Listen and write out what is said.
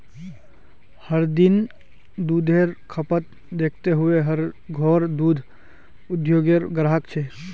हर दिन दुधेर खपत दखते हुए हर घोर दूध उद्द्योगेर ग्राहक छे